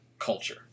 culture